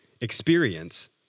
experience